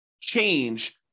change